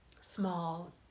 small